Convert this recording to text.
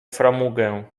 framugę